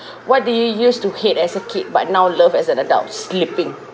what do you used to hate as a kid but now love as an adult sleeping